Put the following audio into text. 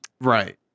Right